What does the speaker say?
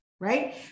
Right